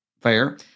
Fair